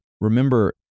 Remember